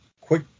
quick